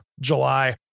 july